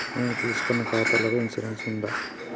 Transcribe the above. నేను తీసుకున్న ఖాతాకి ఇన్సూరెన్స్ ఉందా?